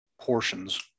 portions